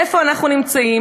איפה אנחנו נמצאים?